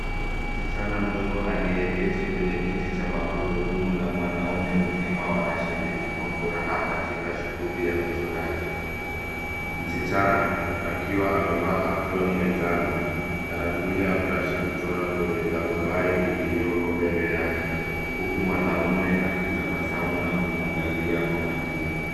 Msichana mdogo aliyeketi kwenye kiti cha magurudumu na mwanaume mzima wanashiriki kwa furaha katika shuguli ya uchoraji, msichana akiwa amevaa aproni ya njano anatumia brashi kuchora kwenye tarubai iliyoko mbele yake huku mwanaume akitabasamu na kumwangalia kwa makini.